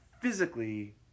physically